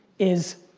is